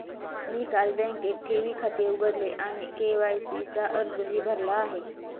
मी काल बँकेत ठेवी खाते उघडले आणि के.वाय.सी चा अर्जही भरला आहे